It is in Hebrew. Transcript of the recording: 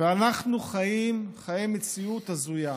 אנחנו חיים חיי מציאות הזויה,